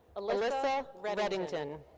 alyssa reddington.